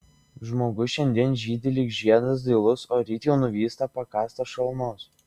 žmogus šiandien žydi lyg žiedas dailus o ryt jau nuvysta pakąstas šalnos